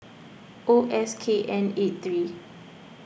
O S K N eighty three